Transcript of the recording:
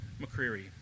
McCreary